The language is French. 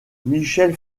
michel